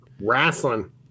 wrestling